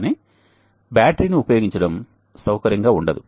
కాని బ్యాటరీని ఉపయోగించడం సౌకర్యంగా ఉండదు